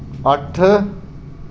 अट्ठ